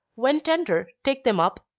when tender, take them up,